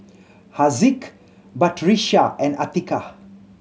Haziq Batrisya and Atiqah